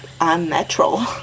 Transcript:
unnatural